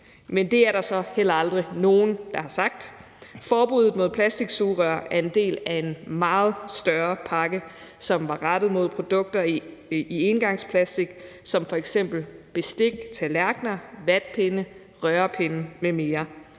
men det er der så heller aldrig nogen der har sagt. Forbuddet mod plastiksugerør er en del af en meget større pakke, som er rettet mod engangsplastik som f.eks. bestik, tallerkener, vatpinde, rørepinde m.m.,